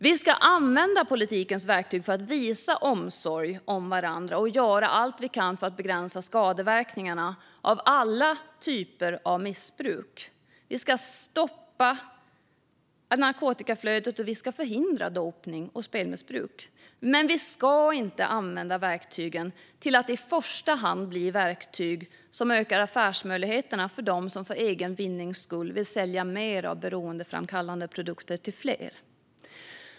Vi ska använda politikens verktyg för att visa omsorg om varandra och göra allt vi kan för att begränsa skadeverkningarna av alla typer av missbruk. Vi ska stoppa narkotikaflödet och förhindra dopning och spelmissbruk, men vi ska inte använda verktyg som i första hand ökar affärsmöjligheterna för dem som för egen vinnings skull vill sälja mer av beroendeframkallande produkter till fler.